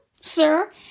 sir